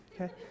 okay